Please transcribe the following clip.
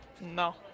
No